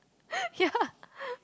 ya